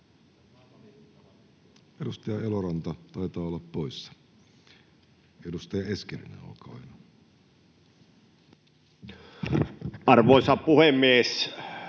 Edustaja Eloranta taitaa olla poissa. — Edustaja Eskelinen, olkaa hyvä. Arvoisa puhemies!